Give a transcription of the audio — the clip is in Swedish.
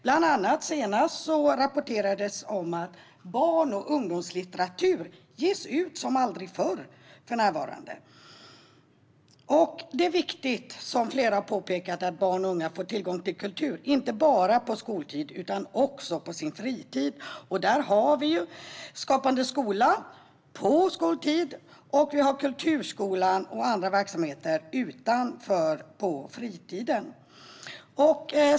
Bland annat rapporterades senast att barn och ungdomslitteratur för närvarande ges ut som aldrig förr. Det är, som flera har påpekat, viktigt att barn och unga får tillgång till kultur, inte bara på skoltid utan också på sin fritid. Där har vi Skapande skola på skoltid och Kulturskolan och andra verksamheter utanför, på fritiden.